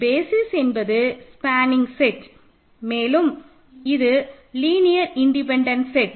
basis என்பது spanning set மேலும் இது லீனியர் இன்டிபென்டன்ட் செட்